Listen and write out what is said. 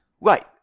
Right